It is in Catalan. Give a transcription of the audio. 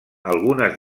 algunes